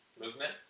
movement